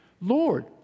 Lord